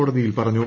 കോടതിയിൽ പറഞ്ഞു